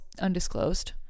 undisclosed